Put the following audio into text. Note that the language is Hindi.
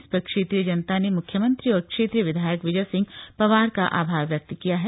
इस पर क्षेत्रीय जनता ने म्ख्यमंत्री और क्षेत्रीय विधायक विजय सिंह पंवार का आभार व्यक्त किया है